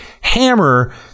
hammer